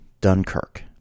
Dunkirk